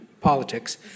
politics